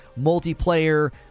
multiplayer